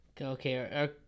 Okay